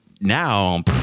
now